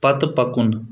پتہٕ پکُن